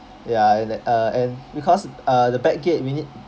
ya and that uh and because uh the back gate we need